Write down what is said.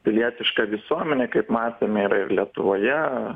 pilietiška visuomenė kaip matome yra ir lietuvoje